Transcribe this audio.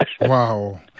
Wow